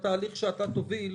בתהליך שאתה תוביל,